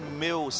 meu